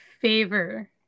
favor